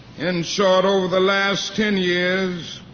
in short, over the last ten years